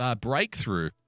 breakthrough